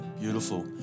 beautiful